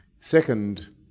second